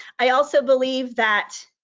i also believe that,